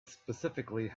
specifically